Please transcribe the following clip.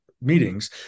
meetings